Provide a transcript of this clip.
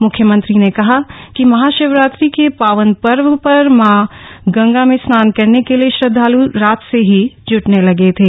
मुख्यमंत्री ने कहा कि महाशिवरात्रि के पावन पर्व पर मां गंगा में स्नान करने के लिए श्रदधाल रात से ही जुटने लगे थे